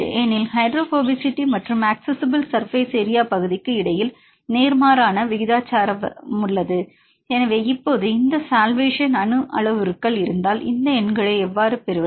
ஏனெனில் ஹைட்ரோபோபசிட்டி மற்றும் accessible surface area பகுதிக்கு இடையில் நேர்மாறான விகிதாசார உள்ளது எனவே இப்போது இந்த சல்வேஷன் அணு அளவுருக்கள் இருந்தால் இந்த எண்களை எவ்வாறு பெறுவது